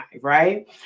right